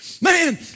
Man